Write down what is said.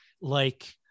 like-